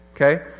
Okay